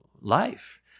life